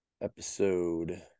episode